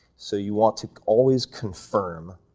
so you want to always confirm